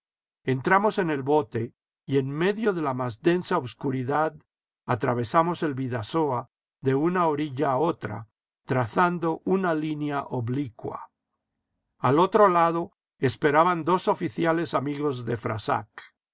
entramos en el bote y en medio de la más densa obscuridad atravesamos el bidasoa de una orilla a otra trazando una línea oblicua al otro lado esperaban dos oficiales amigos de